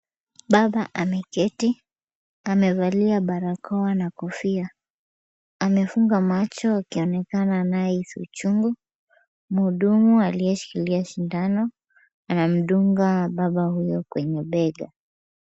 Baba ameketi. Amevalia barakoa na kofia. Amefunga macho akionekana anayehisi uchungu. Mhudumu aliyeshikilia sindano anamdunga baba huyu kwenye bega.